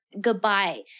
goodbye